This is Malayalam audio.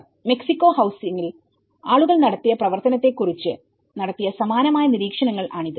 C Turner മെക്സിക്കോ ഹൌസിങ്ങിൽ ആളുകൾ നടത്തിയ പ്രവർത്തനത്തെ കുറിച്ചു നടത്തിയ സമാനമായ നിരീക്ഷണങ്ങൾ ആണിത്